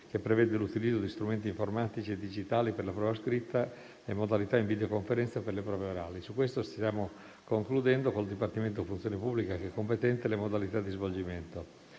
che prevede l'utilizzo di strumenti informatici e digitali per la prova scritta e modalità in videoconferenza per le prove orali. Di questo stiamo concludendo - con il competente Dipartimento della funzione pubblica - le modalità di svolgimento.